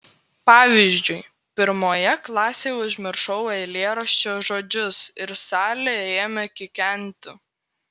pavyzdžiui pirmoje klasėje užmiršau eilėraščio žodžius ir salė ėmė kikenti